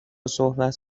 صحبت